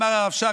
אמר הרב שך,